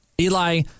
Eli